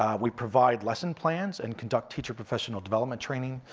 um we provide lesson plans, and conduct teacher professional development training,